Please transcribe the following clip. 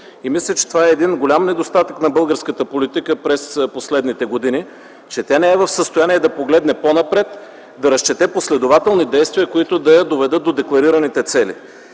И мисля, че един голям недостатък на българската политика през последните години е, че тя не е в състояние да погледне по напред, да разчете последователни действия, които да доведат до декларираните цели.